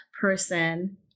person